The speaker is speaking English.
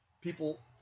people